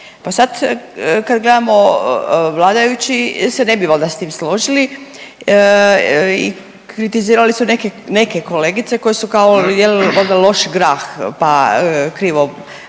Pa sad kad gledamo, vladajući se ne bi valjda s tim složili i kritizirali su neke, neke kolegice koje su kao jeli valjda loš grah pa krivo